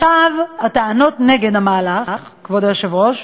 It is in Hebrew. הטענות נגד המהלך, כבוד היושב-ראש,